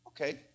Okay